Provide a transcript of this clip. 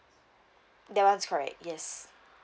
that [one] is correct yes